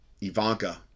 Ivanka